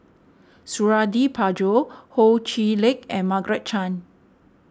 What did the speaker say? Suradi Parjo Ho Chee Lick and Margaret Chan